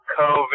COVID